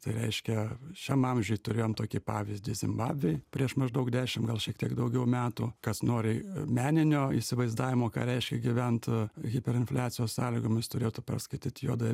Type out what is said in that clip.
tai reiškia šiam amžiui turėjom tokį pavyzdį zimbabvėj prieš maždaug dešim gal šiek tiek daugiau metų kas nori meninio įsivaizdavimo ką reiškia gyvent hiperinfliacijos sąlygomis turėtų perskaityt juodojo